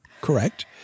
Correct